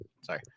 Sorry